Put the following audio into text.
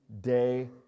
day